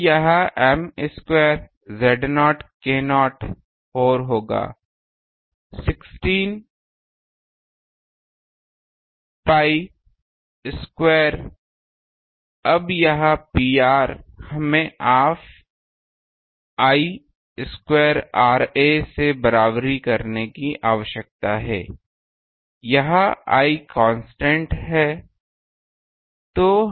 तो यह M square Z0 k0 4 होगा 16 पी स्क्वायर अब यह Pr हमें हाफ I स्क्वायर Ra से बराबरी करने की आवश्यकता है यहां I कांस्टेंट हूं